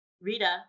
Rita